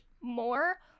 more